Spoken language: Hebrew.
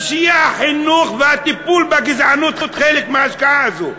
אז שהחינוך והטיפול בגזענות יהיו חלק מהשקעה הזאת.